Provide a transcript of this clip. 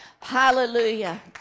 Hallelujah